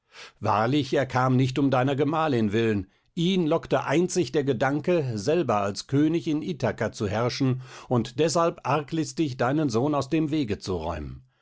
wahrlich er kam nicht um deiner gemahlin willen ihn lockte einzig der gedanke selber als könig in ithaka zu herrschen und deshalb arglistig deinen sohn aus dem wege zu räumen